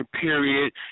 period